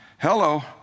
hello